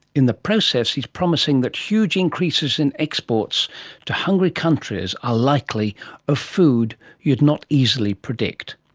in the process he's promising that huge increases in exports to hungry countries are likely of food you'd not easily predict.